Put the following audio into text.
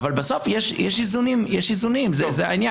אבל בסוף יש איזונים, זה העניין.